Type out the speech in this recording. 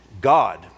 God